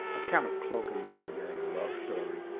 a kind of cloak and dagger, and love story.